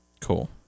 Cool